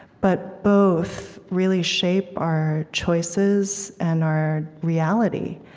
but both really shape our choices and our reality.